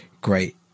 great